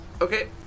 Okay